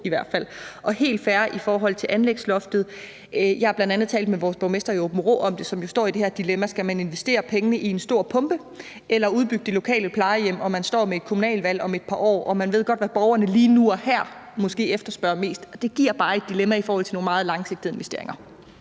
helt fair i forhold til anlægsloftet. Jeg har bl.a. talt om det med vores borgmester i Aabenraa, som står i det her dilemma. Skal man investere pengene i en stor pumpe eller udbygge det lokale plejehjem? Og man står med et kommunalvalg om et par år, og man ved godt, hvad borgerne lige nu og her efterspørger mest. Og det giver bare et dilemma i forhold til nogle meget langsigtede investeringer.